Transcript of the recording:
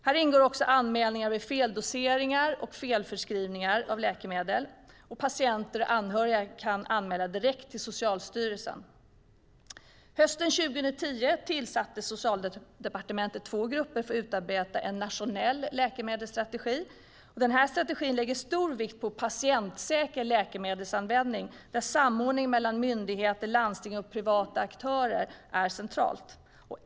Här ingår också anmälningar vid feldoseringar och felförskrivningar av läkemedel, och patienter och anhöriga kan anmäla direkt till Socialstyrelsen. Hösten 2010 tillsatte Socialdepartementet två grupper för att utarbeta en nationell läkemedelsstrategi. Strategin lägger stor vikt vid patientsäker läkemedelsanvändning där samordning mellan myndigheter, landsting och privata aktörer är central.